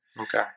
Okay